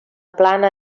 plana